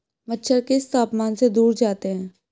मच्छर किस तापमान से दूर जाते हैं?